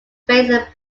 faced